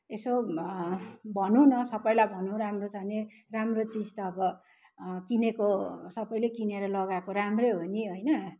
यसो भनौँ न सबैलाई भनौँ राम्रो छ भने राम्रो चिज त अब किनेको सबैले किनेर लगाएको राम्रो हो नि होइन